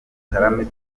dutarame